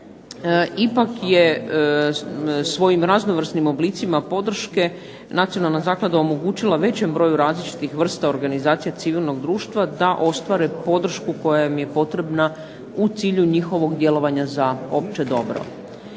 Ipak je svojim raznovrsnim oblicima podrške nacionalna zaklada omogućila većem broju različitih vrsta organizacija civilnog društva da ostvare podršku koja im je potrebna u cilju njihovog djelovanja za opće dobro.